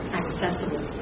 accessible